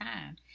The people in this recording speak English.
time